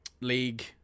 league